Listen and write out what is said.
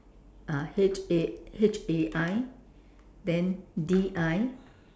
ah H A H A I then D I